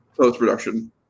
Post-production